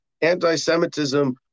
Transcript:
Anti-Semitism